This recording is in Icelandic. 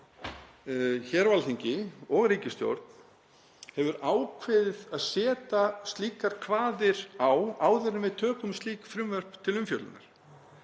hér á Alþingi og ríkisstjórn höfum ákveðið að setja slíkar kvaðir á áður en við tökum slík frumvörp til umfjöllunar.